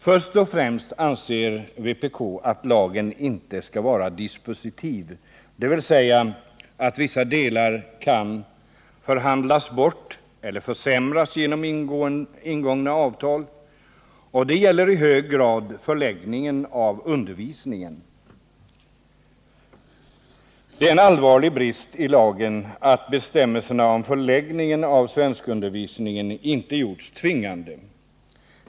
Först och främst anser vpk att lagen inte skall vara dispositiv — dvs. att vissa delar kan förhandlas bort eller försämras genom ingångna avtal. Det gäller i hög grad förläggningen av undervisningen. Det är en allvarlig brist i lagen att bestämmelserna om förläggningen av svenskundervisningen inte gjorts tvingande.